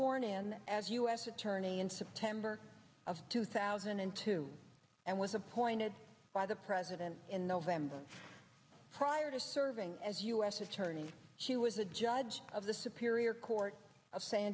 sworn in as u s attorney in september of two thousand and two and was appointed by the president in november prior to serving as u s attorney she was a judge of the superior court of san